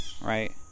right